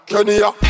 Kenya